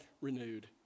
renewed